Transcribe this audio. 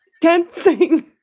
Dancing